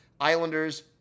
Islanders